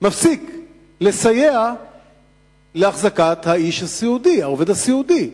לסייע בהחזקת העובד הסיעודי,